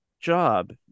job